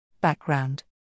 Background